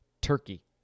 turkey